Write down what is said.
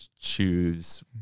choose